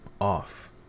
Off